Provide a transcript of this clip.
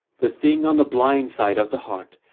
the thing on the blind side of the heart,